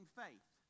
faith